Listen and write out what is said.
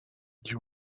you